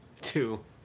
two